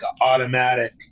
automatic